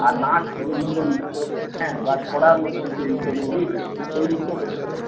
আর নাচ রবীন্দ্র নৃত্য হ্যাঁ বা ছড়ার মতন যে নৃত্যগুলো রয়েছে এই নৃত্যগুলোকে